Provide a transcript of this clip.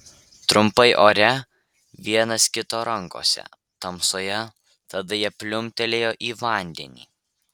trumpai ore vienas kito rankose tamsoje tada jie pliumptelėjo į vandenį